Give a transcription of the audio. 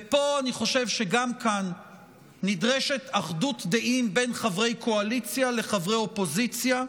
וגם כאן אני חושב שנדרשת אחדות דעים בין חברי קואליציה לחברי אופוזיציה,